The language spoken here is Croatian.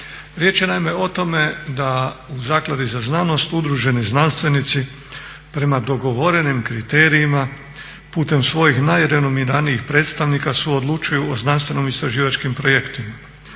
Riječ je naime o tome da u Zakladi za znanost udruženi znanstvenici prema dogovorenim kriterijima, putem svojih najrenomiranijih predstavnika suodlučuju o znanstvenoistraživačkim projektima,